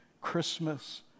Christmas